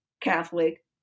Catholic